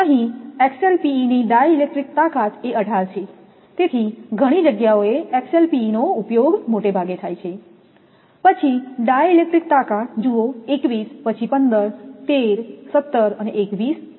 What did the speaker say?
અહીં XLPE ની -dielectric તાકાત એ 18 છે તેથી ઘણી જગ્યાઓ એ XLPE નો ઉપયોગ મોટે ભાગે થાય છે પછી ડાઇ -ઇલેક્ટ્રિક તાકાત જુઓ 21 પછી 15 13 17 અને 21 છે